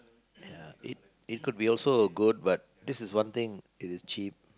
ya it it could be also a good but this is one thing it is cheap